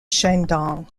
shandong